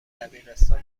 دبیرستان